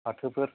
फाथोफोर